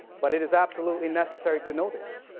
but it is absolutely necessary to know this,